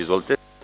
Izvolite.